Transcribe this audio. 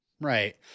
Right